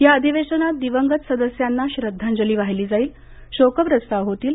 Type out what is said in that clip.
या अधिवेशनात दिवंगत सदस्यांना श्रद्धांजली वाहिली जाईल शोक प्रस्ताव होतील